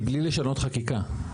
מבלי לשנות חקיקה.